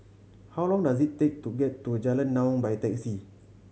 how long does it take to get to Jalan Naung by taxi